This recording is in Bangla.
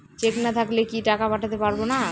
চেক না থাকলে কি টাকা পাঠাতে পারবো না?